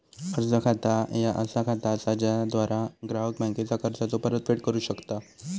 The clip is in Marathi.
कर्ज खाता ह्या असा खाता असा ज्याद्वारा ग्राहक बँकेचा कर्जाचो परतफेड करू शकता